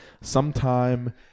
sometime